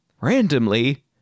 randomly